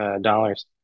dollars